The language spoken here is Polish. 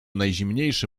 najzimniejszy